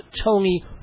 Tony